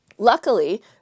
Luckily